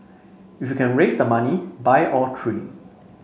if you can raise the money buy all trees